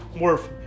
worth